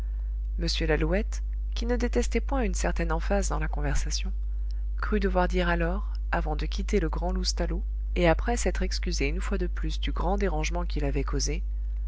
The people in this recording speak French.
m lalouette qui ne détestait point une certaine emphase dans la conversation crut devoir dire alors avant de quitter le grand loustalot et après s'être excusé une fois de plus du grand dérangement qu'il avait causé